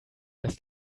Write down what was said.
dass